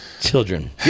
Children